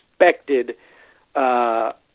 expected